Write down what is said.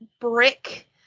brick